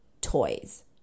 toys